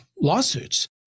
lawsuits